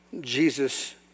Jesus